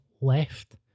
left